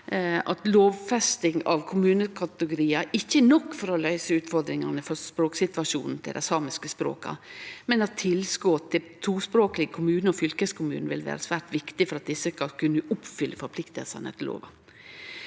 at lovfesting av kommunekategoriar ikkje er nok for å løyse utfordringane for språksituasjonen til dei samiske språka, og at tilskot til tospråklege kommunar og fylkeskommunar vil vere svært viktig for at desse skal kunne oppfylle forpliktingane i lova.